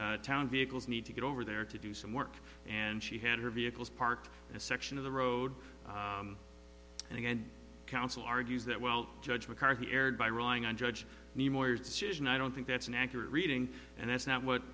town vehicles need to get over there to do some work and she had her vehicles parked in a section of the road and again counsel argues that well judge mccarthy erred by relying on judge decision i don't think that's an accurate reading and that's not what